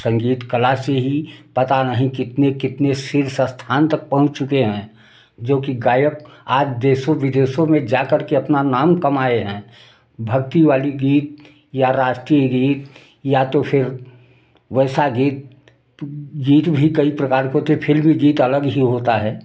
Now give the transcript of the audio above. संगीत कला से ही पता नहीं कितने कितने शीर्ष स्थान तक पहुँच चुके हैं जो कि गायक आज देशों विदेशों में जा कर के अपना नाम कमाए हैं भक्ति वाली गीत या राष्ट्रीय गीत या तो फिर वैसा गीत गीत भी कई प्रकार के होते फ़िल्मी गीत अलग ही होता है